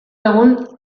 egun